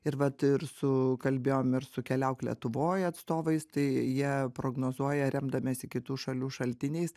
ir vat ir su kalbėjom ir su keliauk lietuvoj atstovais tai jie prognozuoja remdamiesi kitų šalių šaltiniais